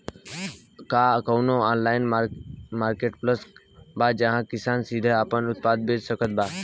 का कउनों online marketplace बा जहां किसान सीधे आपन उत्पाद बेच सकत बा?